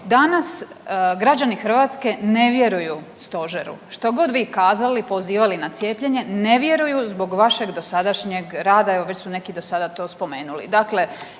Danas građani Hrvatske ne vjeruju stožeru, što god vi kazali pozivali na cijepljenje ne vjeruju zbog vašeg dosadašnjeg rada, evo već su neki do sada to spomenuli.